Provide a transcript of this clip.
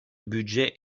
budget